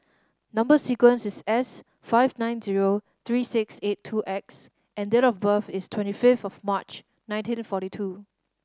number sequence is S five nine zero three six eight two X and date of birth is twenty fifth of March nineteen forty two